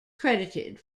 credited